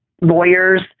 lawyers